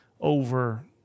over